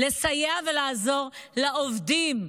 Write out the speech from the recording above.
לסייע ולעזור לעובדים,